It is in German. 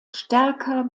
stärker